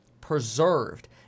preserved